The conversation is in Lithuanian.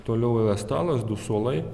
toliau yra stalas du suolai